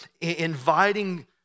inviting